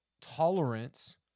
tolerance